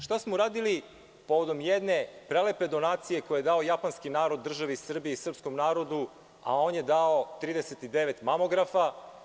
Šta smo uradili povodom jedne prelepe donacije koju je dao japanski narod državi Srbiji i srpskom narodu, a on je dao 39 mamografa.